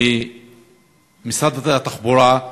משרד התחבורה,